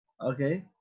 okay